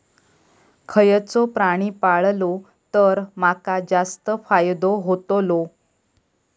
खयचो प्राणी पाळलो तर माका जास्त फायदो होतोलो?